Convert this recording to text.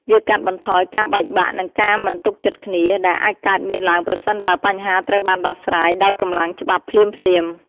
វាកាត់បន្ថយការបែកបាក់ និងការមិនទុកចិត្តគ្នា ដែលអាចកើតមានឡើងប្រសិនបើបញ្ហាត្រូវបានដោះស្រាយដោយកម្លាំងច្បាប់ភ្លាមៗ។